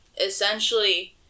Essentially